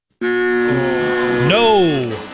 no